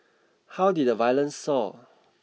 how did the violence soar